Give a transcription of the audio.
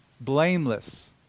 Blameless